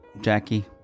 Jackie